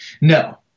no